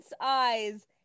eyes